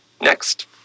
Next